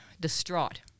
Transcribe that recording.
Distraught